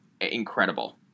incredible